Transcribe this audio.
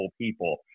people